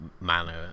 manner